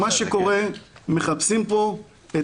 מה שקורה מחפשים פה,